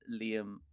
liam